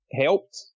helped